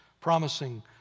promising